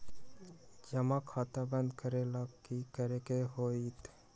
जमा खाता बंद करे ला की करे के होएत?